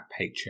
Patreon